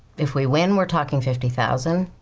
if we win we're talking fifty thousand